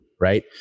Right